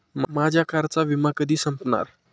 माझ्या कारचा विमा कधी संपणार